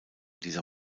dieser